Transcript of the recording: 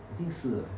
I think 是 leh